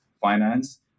finance